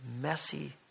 messy